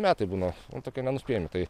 metai būna tokie nenuspėjami tai